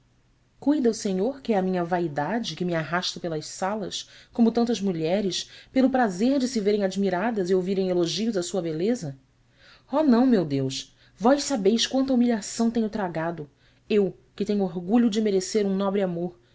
cuida o senhor que é a minha vaidade que me arrasta pelas salas como tantas mulheres pelo prazer de se verem admiradas e ouvirem elogios à sua beleza oh não meu deus vós sabeis quanta humilhação tenho tragado eu que tenho orgulho de merecer um nobre amor